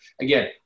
Again